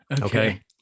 Okay